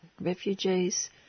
refugees